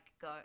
go